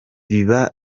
biba